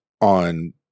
on